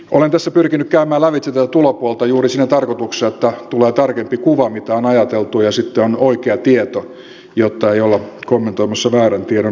olen tässä pyrkinyt käymään lävitse tätä tulopuolta juuri siinä tarkoituksessa että tulee tarkempi kuva siitä mitä on ajateltu ja sitten on oikea tieto jotta ei olla kommentoimassa väärän tiedon asioita